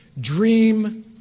Dream